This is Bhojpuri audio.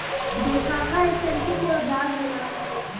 दोशाखा एक तरीके के औजार होला